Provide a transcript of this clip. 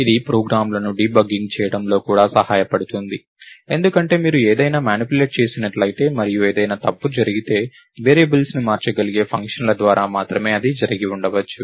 ఇది ప్రోగ్రామ్లను డీబగ్గింగ్ చేయడంలో కూడా సహాయపడుతుంది ఎందుకంటే మీరు ఏదైనా మానిప్యులేట్ చేసినట్లయితే మరియు ఏదైనా తప్పు జరిగితే వేరియబుల్స్ను మార్చగలిగే ఫంక్షన్ల ద్వారా మాత్రమే అది జరిగి ఉండవచ్చు